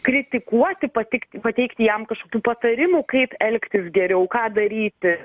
kritikuoti patikti pateikti jam kažkokių patarimų kaip elgtis geriau ką daryti